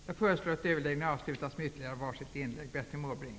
Jag föreslår att överläggningen avslutas med ytterligare varsitt inlägg.